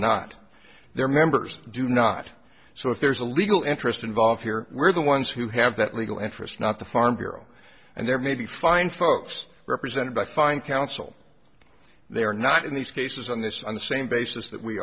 not their members do not so if there's a legal interest involved here we're the ones who have that legal interest not the farm bureau and there may be fine folks represented by fine counsel they are not in these cases on this on the same basis that we